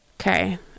Okay